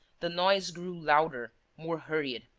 the noise grew louder, more hurried.